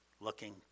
looking